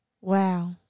Wow